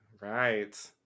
Right